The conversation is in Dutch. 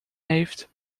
heeft